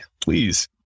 please